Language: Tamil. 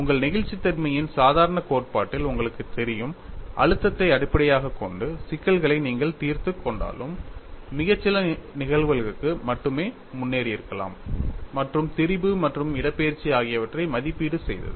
உங்கள் நெகிழ்ச்சித்தன்மையின் சாதாரண கோட்பாட்டில் உங்களுக்குத் தெரியும் அழுத்தத்தை அடிப்படையாகக் கொண்ட சிக்கல்களை நீங்கள் தீர்த்துக் கொண்டாலும் மிகச் சில நிகழ்வுகளுக்கு மட்டுமே முன்னேறியிருக்கலாம் மற்றும் திரிபு மற்றும் இடப்பெயர்ச்சி ஆகியவற்றை மதிப்பீடு செய்தது